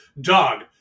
dog